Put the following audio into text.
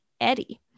Eddie